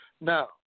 Now